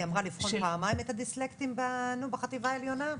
היא אמרה לבחון פעמיים את הדיסלקטים בחטיבה העליונה?